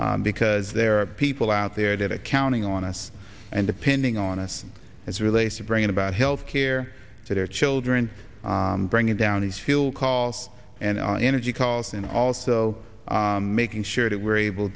because there are people out there that it counting on us and depending on us as relates to bringing about health care to their children bringing down these fuel costs and energy costs and also making sure that we're able